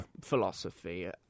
philosophy